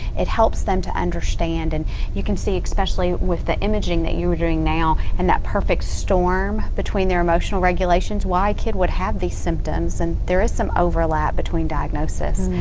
it helps them to understand and you can see especially with the imaging that you were doing now, and that perfect storm between their emotional regulations, why a kid would have these symptoms. and there is some overlap between diagnosis.